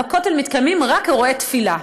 בכותל מתקיימים רק אירועי תפילה.